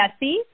messy